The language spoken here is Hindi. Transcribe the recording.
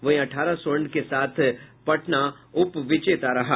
वहीं अठारह स्वर्ण के साथ पटना उप विजेता रहा